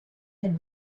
had